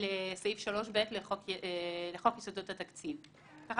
לסעיף 3ב לחוק יסודות התקציב, כך